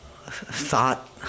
thought